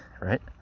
right